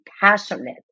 passionate